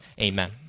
Amen